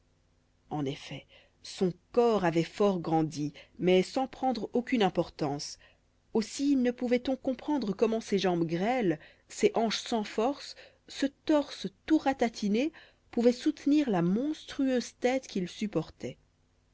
en effet son corps avait fort grandi mais sans prendre aucune importance aussi ne pouvait-on comprendre comment ces jambes grêles ces hanches sans force ce torse tout ratatiné pouvaient soutenir la monstrueuse tête qu'ils supportaient